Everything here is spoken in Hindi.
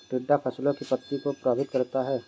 टिड्डा फसलों की पत्ती को प्रभावित करता है